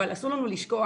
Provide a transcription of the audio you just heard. אבל אסור לנו לשכוח,